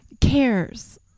cares